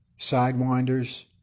sidewinders